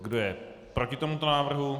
Kdo je proti tomuto návrhu?